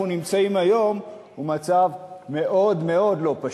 נמצאים היום הוא מצב מאוד מאוד לא פשוט.